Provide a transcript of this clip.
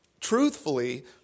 truthfully